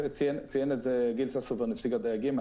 ציין את זה ניר ססובר, נציג הדייגים.